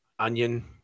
Onion